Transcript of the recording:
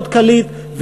מאוד קליט,